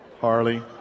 Harley